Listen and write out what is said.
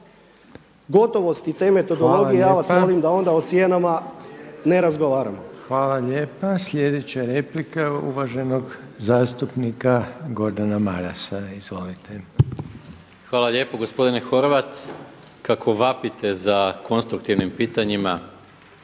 gotovosti te metodologije ja vas molim da onda o cijenama ne razgovaramo. **Reiner, Željko (HDZ)** Hvala lijepa. Sljedeća replika je uvaženog zastupnika Gordana Marasa. Izvolite. **Maras, Gordan (SDP)** Hvala lijepo gospodine Horvat, kako vapite za konstruktivnim pitanjima